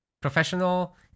professional